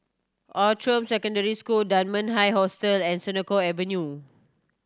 Outram Secondary School Dunman High Hostel and Senoko Avenue